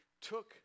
took